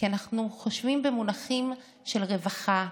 כי אנחנו חושבים במונחים של רווחה,